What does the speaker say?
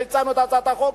שהצענו את הצעת החוק,